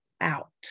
out